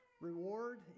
reward